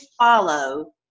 follow